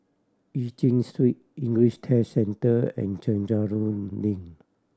Eu Chin Street English Test Centre and Chencharu Link